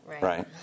right